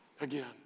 again